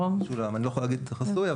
אני לא יכול להגיד, זה חסוי.